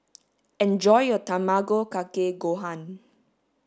enjoy your Tamago Kake Gohan